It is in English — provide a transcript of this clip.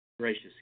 Gracious